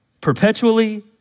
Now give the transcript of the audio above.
perpetually